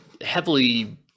heavily –